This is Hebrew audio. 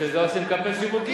בשביל זה עושים קמפיין שיווקי.